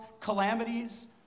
calamities